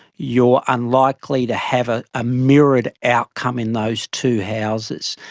you are unlikely to have a ah mirrored outcome in those two houses.